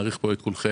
מעריך פה את כולכם.